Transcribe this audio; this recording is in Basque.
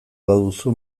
baduzu